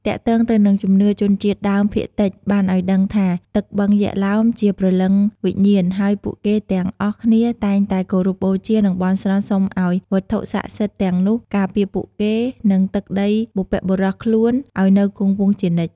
ទាក់ទង់ទៅនឹងជំនឿជនជាតិដើមភាគតិចបានឲ្យដឹងថាទឹកបឹងយក្សឡោមជាព្រលឹងវិញ្ញាណ ហើយពួកគេទាំងអស់គ្នាតែងតែគោរពបូជា និងបន់ស្រន់សុំឱ្យវត្ថុសក្តិសិទ្ធិទាំងនោះការពារពួកគេ និងទឹកដីបុព្វបុរសខ្លួនឱ្យនៅគង់វង្សជានិច្ច ។